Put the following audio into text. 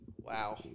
Wow